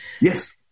Yes